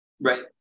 Right